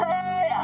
Hey